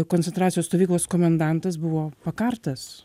koncentracijos stovyklos komendantas buvo pakartas